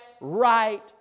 right